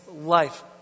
life